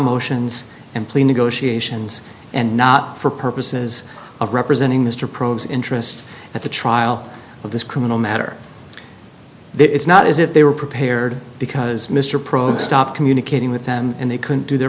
motions and plea negotiations and not for purposes of representing mr probs interest at the trial of this criminal matter it's not as if they were prepared because mr prohack stopped communicating with them and they couldn't do their